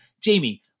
Jamie